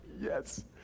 Yes